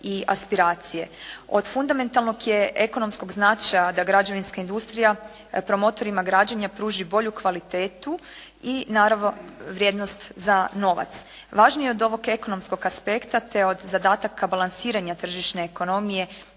i aspiracije. Od fundamentalnog je ekonomskog značaja da građevinska industrija promotorima građenja pruži bolju kvalitetu i naravno vrijednost za novac. Važniji od ovog ekonomskog aspekta te od zadataka balansiranja tržišne ekonomije